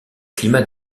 climat